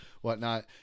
whatnot